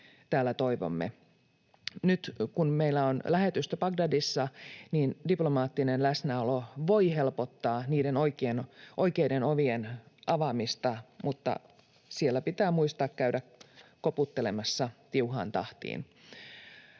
Nyt, kun meillä on lähetystö Bagdadissa, niin diplomaattinen läsnäolo voi helpottaa niiden oikeiden ovien avaamista, mutta siellä pitää muistaa käydä koputtelemassa tiuhaan tahtiin.